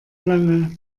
lange